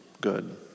good